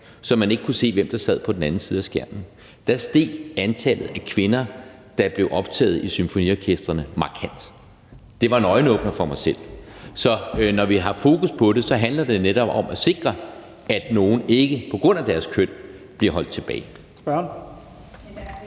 så man ikke kunne se, hvem der sad på den anden side af skærmen, steg antallet af kvinder, der blev optaget i symfoniorkestrene, markant. Det var en øjenåbner for mig selv. Så når vi har fokus på det, handler det netop om at sikre, at nogen ikke på grund af deres køn bliver holdt tilbage.